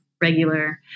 regular